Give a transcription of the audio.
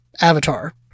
Avatar